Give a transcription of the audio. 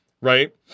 right